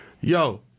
Yo